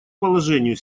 положению